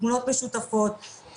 תמונות משותפות,